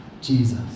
Jesus